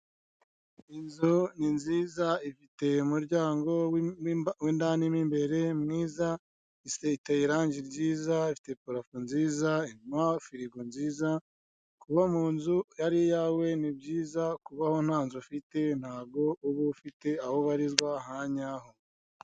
Iyi nzu ni nziza ifite umuryango w'indani mo imbere mwiza, iteye irange ryiza, ifite parafo nziza, irimo firigo nziza. Kuba mu nzu ari iyawe ni byiza, kubaho nta nzu ufite ntago uba ufite aho ubarizwa hanyaho.